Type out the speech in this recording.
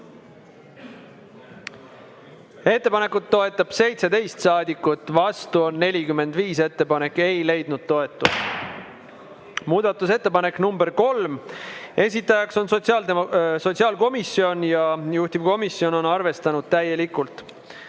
Ettepanekut toetab 17 saadikut, vastu on 45. Ettepanek ei leidnud toetust. Muudatusettepanek nr 3, esitaja on sotsiaalkomisjon ja juhtivkomisjon on arvestanud täielikult.